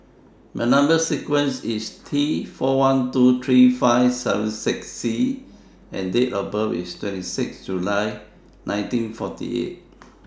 Number sequence IS T four one two three five seven six C and Date of birth IS twenty six July nineteen forty eight